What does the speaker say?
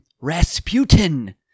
Rasputin